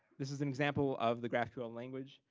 this is an example of the graphql language.